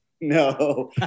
no